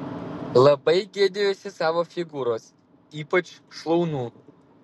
labai gėdijuosi savo figūros ypač šlaunų